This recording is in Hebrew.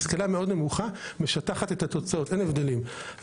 השכלה מאוד נמוכה משטחת את התוצאות ואין הבדלים,